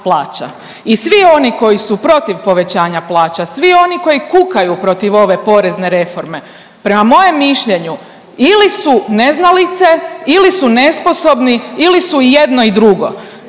I svi oni koji su protiv povećanja plaća, svi oni koji kukaju protiv ove porezne reforme prema mojem mišljenju ili su neznalice ili su nesposobni ili su jedno i drugo.